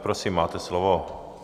Prosím, máte slovo.